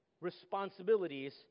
responsibilities